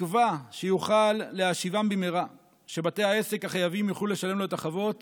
בתקווה שיוכל להשיבם במהרה ושבתי העסק החייבים יוכלו לשלם לו את החובות